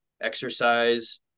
exercise